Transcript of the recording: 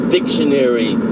Dictionary